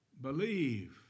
believe